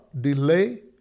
delay